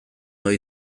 ohi